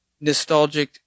nostalgic